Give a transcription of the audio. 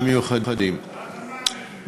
רק מע"מ אפס.